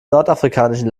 nordafrikanischen